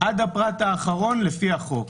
עד הפרט האחרון לפי החוק.